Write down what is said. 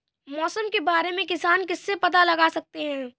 मौसम के बारे में किसान किससे पता लगा सकते हैं?